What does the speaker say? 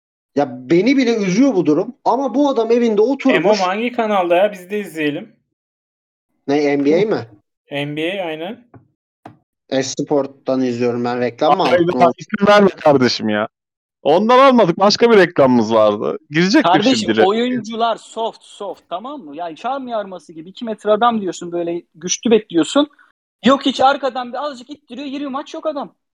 Ya beni bile üzüyor bu durum. Ama bu adam evinde oturmuş- Emo hangi kanalda ya? Biz de izleyelim. Ne, NBA Hı. mi? NBA, aynen. Esport'tan izliyorum ben, reklam mı Ay, aldın ben- oğlum? isim verme kardeşim ya. Ondan almadık, başka bir reklamımız vardı. Girecektim Kardeşim, şimdi direkt. oyuncular soft, soft, tamam mı? Ya, çam yarması gibi iki metre adam diyorsun, böyle güçlü bekliyorsun. Yok, hiç arkadan bir azıcık ittiriyor, giriyor, maç yok adam.